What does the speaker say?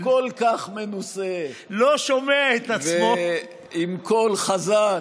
הכל-כך מנוסה, עם קול חזק,